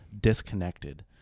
disconnected